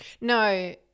No